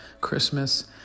Christmas